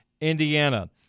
Indiana